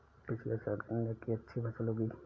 पिछले साल गन्ने की अच्छी फसल उगी